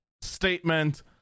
statement